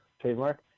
trademark